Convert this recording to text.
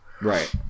Right